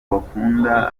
bakunda